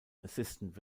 assistant